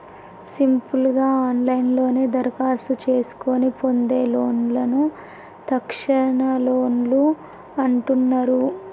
simple గా ఆన్లైన్లోనే దరఖాస్తు చేసుకొని పొందే లోన్లను తక్షణలోన్లు అంటున్నరు